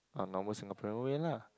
like normal Singaporean way lah